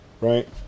Right